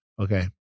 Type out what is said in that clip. Okay